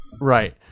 Right